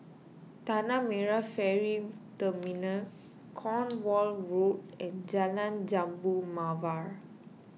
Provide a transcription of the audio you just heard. Tanah Merah Ferry Terminal Cornwall Road and Jalan Jambu Mawar